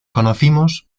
conocimos